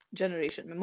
generation